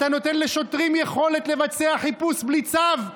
אתה נותן לשוטרים יכולת לבצע חיפוש בלי צו.